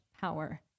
power